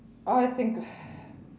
I think